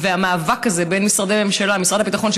והמאבק הזה בין משרדי ממשלה: משרד הביטחון,